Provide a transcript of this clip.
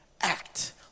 act